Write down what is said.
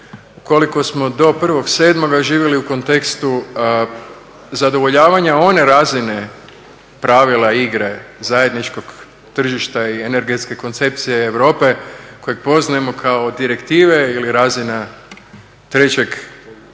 Ukoliko smo do 1,7. živjeli u kontekstu zadovoljavanja one razine pravila igre zajedničkog tržišta i energetske koncepcije Europe kojeg poznajemo kao direktive ili razina trećeg